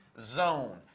zone